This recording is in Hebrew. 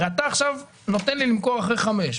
הרי אתה עכשיו נותן לי למכור אחרי חמש שנים,